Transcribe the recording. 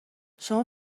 شما